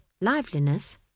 liveliness